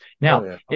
Now